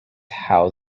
how